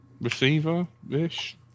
Receiver-ish